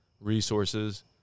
resources—